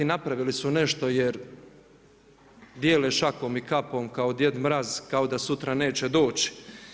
Napravili su nešto je dijele šakom i kapom kao Djed Mraz kao da sutra neće doći.